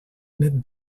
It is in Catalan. net